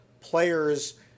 players